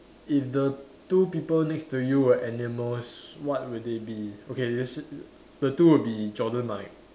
if the two people next to you were animals what would they be okay this the two would be Jonah Malek